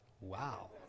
Wow